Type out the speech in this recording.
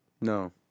No